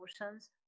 emotions